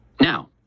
now